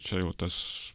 čia jau tas